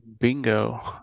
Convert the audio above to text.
bingo